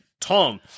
Tom